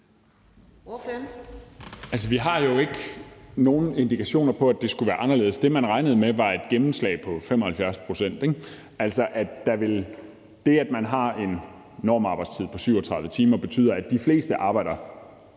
Vi har jo ikke nogen indikationer på, at det skulle være anderledes. Det, man regnede man, var et gennemslag på 75 pct., ikke? Altså det, at man har en normarbejdstid på 37 timer, betyder, at de fleste arbejder